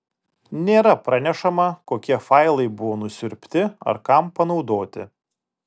nėra pranešama kokie failai buvo nusiurbti ar kam panaudoti